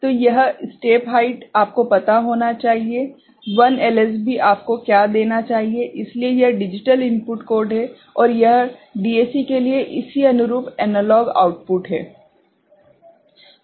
तो यह step height आपको पता होना चाहिए 1 एलएसबी आपको क्या देना चाहिए इसलिए यह डिजिटल इनपुट कोड है और यह डीएसी के लिए इसी अनुरूप एनालॉग आउटपुट है